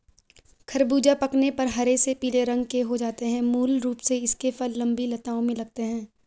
ख़रबूज़ा पकने पर हरे से पीले रंग के हो जाते है मूल रूप से इसके फल लम्बी लताओं में लगते हैं